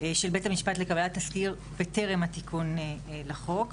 של בית המשפט לקבלת תסקיר בטרם התיקון לחוק,